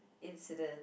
incident